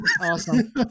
awesome